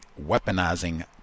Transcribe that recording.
weaponizing